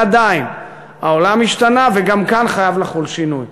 ועדיין, העולם השתנה, וגם כאן חייב לחול שינוי.